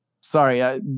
Sorry